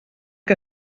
que